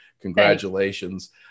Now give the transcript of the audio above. Congratulations